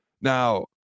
Now